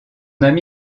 ami